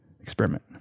experiment